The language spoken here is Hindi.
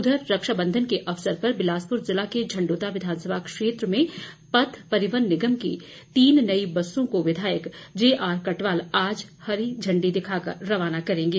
उधर रक्षाबंधन के अवसर पर बिलासपुर ज़िले के झंड्रता विधानसभा क्षेत्र में पथ परिवहन निगम की तीन नई बसों को विधायक जेआर कटवाल आज झंडी दिखाकर रवाना करेंगे